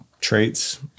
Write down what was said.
traits